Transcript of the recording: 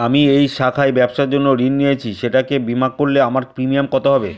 আমি এই শাখায় ব্যবসার জন্য ঋণ নিয়েছি সেটাকে বিমা করলে আমার প্রিমিয়াম কত হবে?